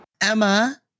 Emma